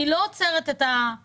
אני לא עוצרת את הרווחה,